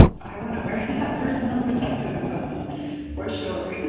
i want to wear that personal protective equipment for sure